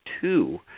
two